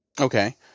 Okay